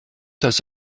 does